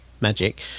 magic